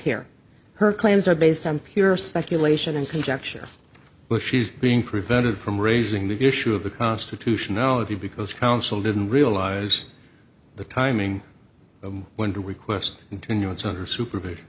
hear her claims are based on pure speculation and conjecture but she's being prevented from raising the issue of the constitutionality because counsel didn't realize the timing of when to request continuance on her super